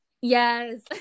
Yes